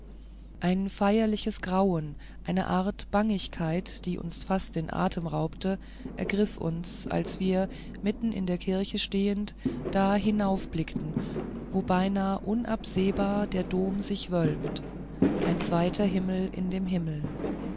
ein feierliches grauen eine art bangigkeit die uns fast den atem raubte ergriff uns als wir mitten in der kirche stehend da hinauf blickten wo beinahe unabsehbar der dom sich wölbt ein zweiter himmel in dem himmel